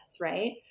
right